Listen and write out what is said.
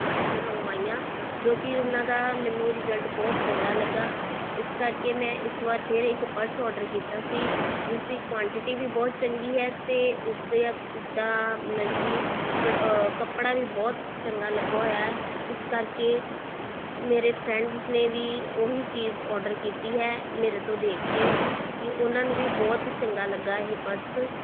ਵਾਸਤੇ ਮੰਗਵਾਈਆਂ ਜੋ ਕਿ ਉਹਨਾਂ ਦਾ ਮੈਨੂੰ ਰਿਜ਼ਲਟ ਬਹੁਤ ਚੰਗਾ ਲੱਗਾ ਇਸ ਕਰਕੇ ਮੈਂ ਇਸ ਵਾਰ ਫਿਰ ਇੱਕ ਪਰਸ ਅੋਰਡਰ ਕੀਤਾ ਸੀ ਜਿਸ ਦੀ ਕੁਆਂਟਿਟੀ ਵੀ ਬਹੁਤ ਚੰਗੀ ਹੈ ਅਤੇ ਉਸਦਾ ਉਸਦਾ ਮਤਲਬ ਕਿ ਕੱਪੜਾ ਵੀ ਬਹੁਤ ਚੰਗਾ ਲੱਗਾ ਹੋਇਆ ਹੈ ਇਸ ਕਰਕੇ ਮੇਰੇ ਫਰੈਂਡਸ ਨੇ ਵੀ ਉਹੀ ਚੀਜ਼ ਅੋਰਡਰ ਕੀਤੀ ਹੈ ਮੇਰੇ ਤੋਂ ਦੇਖ ਕੇ ਕਿ ਉਹਨਾਂ ਨੂੰ ਵੀ ਬਹੁਤ ਚੰਗਾ ਲੱਗਾ ਇਹ ਪਰਸ